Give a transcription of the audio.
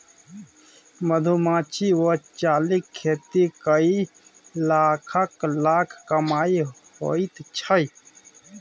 मधुमाछी वा चालीक खेती कए लाखक लाख कमाई होइत छै